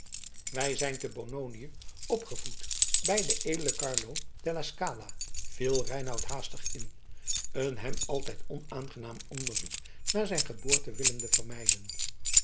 wij zijn te bononië opgevoed bij den edelen carlo della scala viel reinout haastig in een hem altijd onaangenaam onderzoek naar zijn geboorte willende vermijden